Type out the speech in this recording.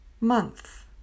month